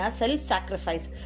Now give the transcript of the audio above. self-sacrifice